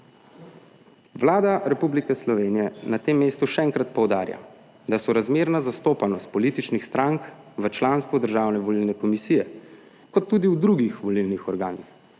Vlada Republike Slovenije, na tem mestu še enkrat poudarja, da sorazmerna zastopanost političnih strank v članstvu Državne volilne komisije kot tudi v drugih volilnih organih